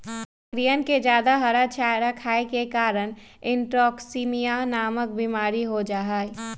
बकरियन में जादा हरा चारा खाये के कारण इंट्रोटॉक्सिमिया नामक बिमारी हो जाहई